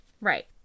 Right